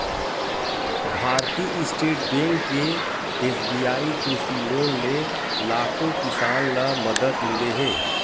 भारतीय state bank के SBI कृषि लोन ले लाखो किसान ल मदद मिले हे